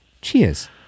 Cheers